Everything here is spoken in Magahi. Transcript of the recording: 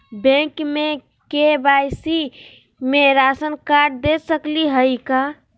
बैंक में के.वाई.सी में राशन कार्ड दे सकली हई का?